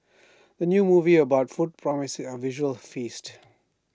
the new movie about food promises A visual feast